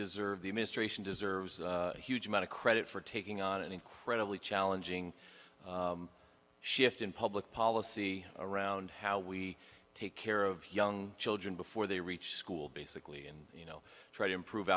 deserved the administration deserves a huge amount of credit for taking on an incredibly challenging shift in public policy around how we take care of young children before they reach school basically and you know try to improve